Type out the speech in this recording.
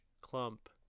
clump